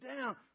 down